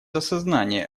осознания